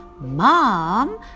Mom